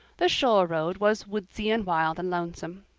the shore road was woodsy and wild and lonesome.